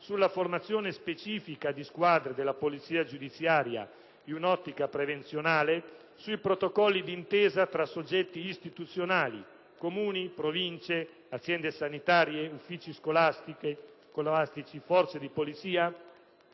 sulla formazione specifica di squadre della Polizia giudiziaria in un'ottica di prevenzione, sui protocolli d'intesa tra soggetti istituzionali (Comuni, Province, aziende sanitarie, uffici scolastici, forze di polizia)